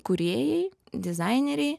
kūrėjai dizaineriai